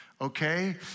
okay